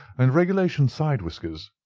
and regulation side whiskers.